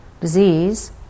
disease